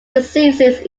diseases